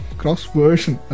cross-version